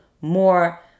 more